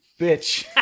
bitch